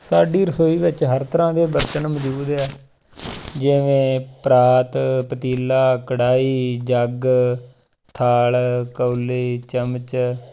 ਸਾਡੀ ਰਸੋਈ ਵਿੱਚ ਹਰ ਤਰ੍ਹਾਂ ਦੇ ਬਰਤਨ ਮੌਜੂਦ ਆ ਜਿਵੇਂ ਪਰਾਤ ਪਤੀਲਾ ਕੜਾਹੀ ਜਗ ਥਾਲ ਕੌਲੇ ਚਮਚ